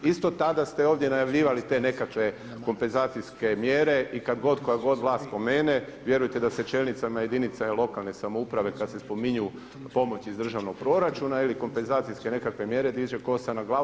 Isto tada ste ovdje najavljivali te nekakve kompenzacijske mjere i kad god, koja god vlast spomene vjerujte da se čelnicima jedinica lokalne samouprave kad se spominju pomoći iz državnog proračuna ili kompenzacijske nekakve mjere diže kosa na glavi.